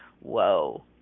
Whoa